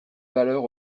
valeur